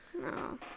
No